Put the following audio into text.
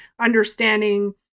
understanding